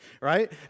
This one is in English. right